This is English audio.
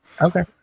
Okay